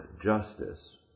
justice